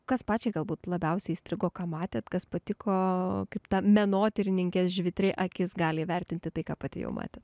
kas pačiai galbūt labiausiai įstrigo ką matėt kas patiko kaip ta menotyrininkės žvitri akis gali įvertinti tai ką pati jau matėt